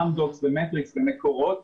אמדוקס ומטריקס ומקורות,